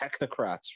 technocrats